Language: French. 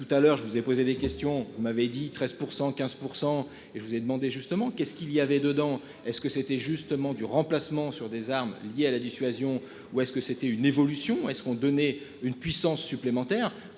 Tout à l'heure je vous ai posé des questions, vous m'avez dit 13 115 % et je vous ai demandé justement qu'est-ce qu'il y avait dedans. Est-ce que c'était justement du remplacement sur des armes liées à la dissuasion ou est-ce que c'était une évolution et ce qu'ont donné une puissance supplémentaire.